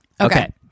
Okay